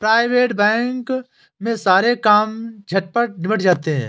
private bank में सारे काम झटपट निबट जाते हैं